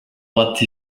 what